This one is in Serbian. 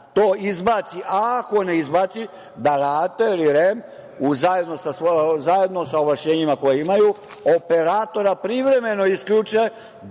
to izbaci, a ako ne izbaci da RATEL i REM zajedno sa ovlašćenjima koja imaju operatora privremeno isključe